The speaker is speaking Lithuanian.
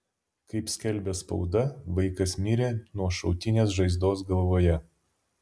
kaip skelbia spauda vaikas mirė nuo šautinės žaizdos galvoje